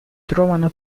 trovano